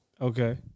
Okay